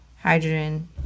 hydrogen